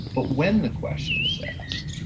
but when the question is asked.